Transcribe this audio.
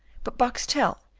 but boxtel,